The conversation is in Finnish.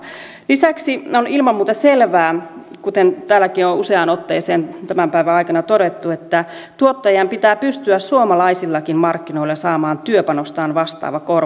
lisäksi on ilman muuta selvää kuten täälläkin on useaan otteeseen tämän päivän aikana todettu että tuottajien pitää pystyä suomalaisillakin markkinoilla saamaan työpanostaan vastaava